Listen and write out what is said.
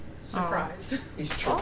Surprised